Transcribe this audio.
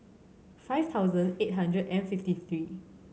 five thousand eight hundred and fifty three